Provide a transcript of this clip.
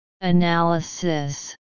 Analysis